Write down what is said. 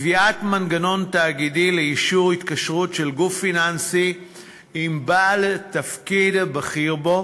קביעת מנגנון תאגידי לאישור התקשרות של גוף פיננסי עם בעל תפקיד בכיר בו